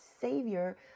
savior